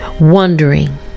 wondering